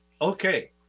Okay